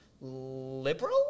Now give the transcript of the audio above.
liberal